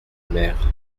mère